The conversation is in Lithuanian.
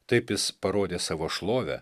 taip jis parodė savo šlovę